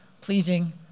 pleasing